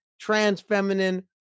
trans-feminine